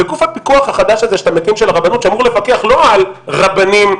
בגוף הפיקוח החדש הזה שאתה מקים של הרבנות שאמור לפקח לא רק על רבנים,